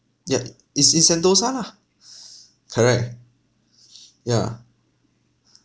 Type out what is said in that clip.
ya it's it's sentosa lah correct ya